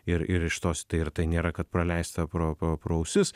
ir ir iš tos ir tai nėra kad praleista pro po pro ausis